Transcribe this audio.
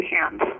hands